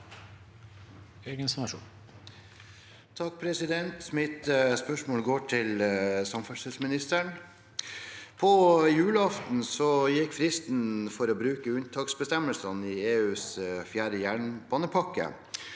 (R) Mitt spørsmål går til samferdselsministeren. På julaften gikk fristen ut for å bruke unntaksbestemmelsene i EUs fjerde jernbanepakke,